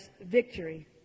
victory